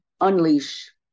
unleash